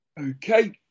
Okay